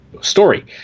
story